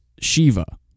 Shiva